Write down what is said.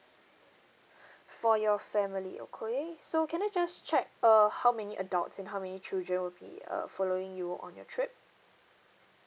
for your family okay so can I just check uh how many adults and how many children will be uh following you on your trip